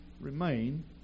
remain